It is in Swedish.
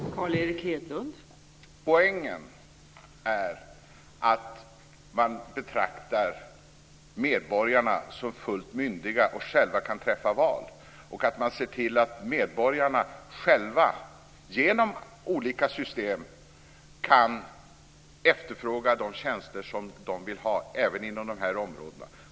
Fru talman! Poängen är att man betraktar medborgarna som fullt myndiga personer som själva kan träffa val, och att man ser till att medborgarna själva, genom olika system, kan efterfråga de tjänster som de vill ha, även inom de här områdena.